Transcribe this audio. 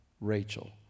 Rachel